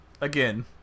Again